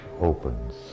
opens